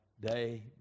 day